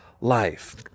life